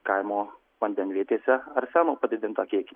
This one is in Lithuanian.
kaimo vandenvietėse arseno padidintą kiekį